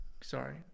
Sorry